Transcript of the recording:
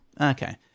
Okay